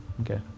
Okay